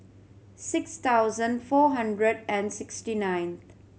six thousand four hundred and sixty ninth